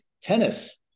Tennis